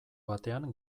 batean